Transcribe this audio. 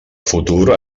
futur